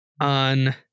on